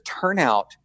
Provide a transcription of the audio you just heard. turnout